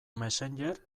messenger